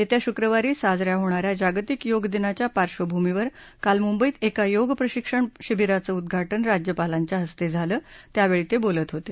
येत्या शुक्रवारी साजऱ्या होणाऱ्या जागतिक योगदिनाच्या पार्श्वभूमीवर काल मुंबईत एका योग प्रशिक्षण शिविराचं उद्घाटन राज्यपालांच्या हस्ते करण्यात आलं त्यावेळी ते बोलत होते